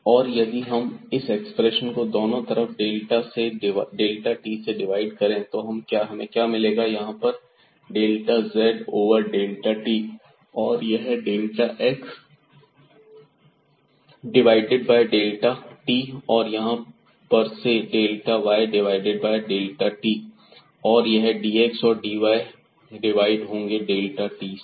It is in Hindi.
और यदि हम इस एक्सप्रेशन को दोनों तरफ डेल्टा t से डिवाइड करें तब हमें क्या मिलेगा यहां पर delta z over delta t और यह delta x divided by delta t और यहां पर से delta y divided by delta t और यह dx और dy भी डिवाइड होंगे डेल्टा t से